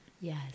Yes